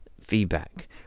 feedback